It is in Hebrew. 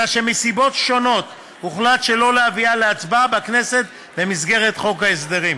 אלא שמסיבות שונות הוחלט שלא להביאה להצבעה בכנסת במסגרת חוק ההסדרים.